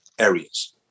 areas